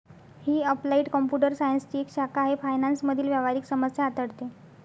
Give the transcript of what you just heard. ही applied computer सायन्सची एक शाखा आहे फायनान्स मधील व्यावहारिक समस्या हाताळते